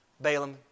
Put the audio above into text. Balaam